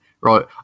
right